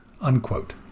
unquote